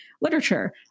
literature